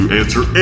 answer